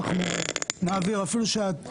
אנחנו רוצים להעביר את זה לחוק,